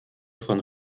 von